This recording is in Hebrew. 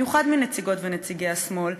במיוחד מנציגות ונציגי השמאל,